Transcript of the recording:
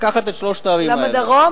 לקחת את שלוש הערים, רק הדרום?